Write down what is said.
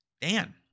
Dan